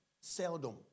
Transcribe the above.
Seldom